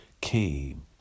came